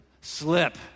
Slip